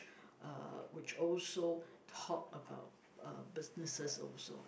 uh which also talk about uh businesses also